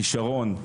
כישרון,